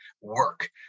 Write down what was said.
work